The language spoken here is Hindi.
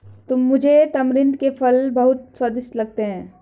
मुझे तमरिंद के फल बहुत स्वादिष्ट लगते हैं